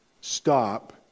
Stop